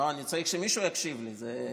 אני צריך שמישהו יקשיב לי.